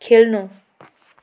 खेल्नु